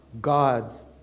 God's